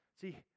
See